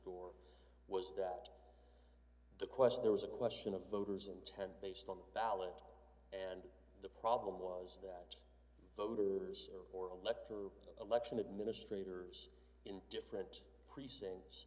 bush was that the question there was a question of voter's intent based on the ballot and the problem was that voters or elector election administrators in different precincts